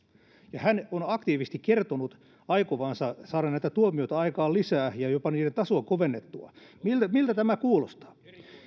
hän on aktiivisesti kertonut aikovansa saada näitä tuomioita aikaan lisää ja jopa kovennettua niiden tasoa miltä miltä tämä kuulostaa